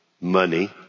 money